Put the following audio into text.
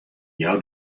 jou